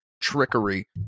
trickery